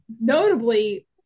notably